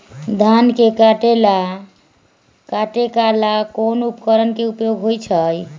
धान के काटे का ला कोंन उपकरण के उपयोग होइ छइ?